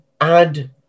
add